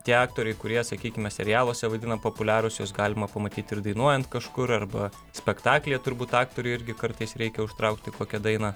tie aktoriai kurie sakykime serialuose vaidina populiarūs juos galima pamatyti ir dainuojant kažkur arba spektaklyje turbūt aktoriui irgi kartais reikia užtraukti kokią dainą